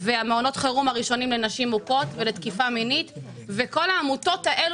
מעונות חרום לנשים מוכות ועוד כל העמותות הללו